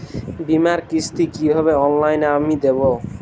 বীমার কিস্তি কিভাবে অনলাইনে আমি দেবো?